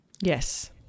Yes